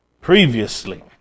previously